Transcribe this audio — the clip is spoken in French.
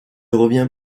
revient